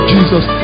Jesus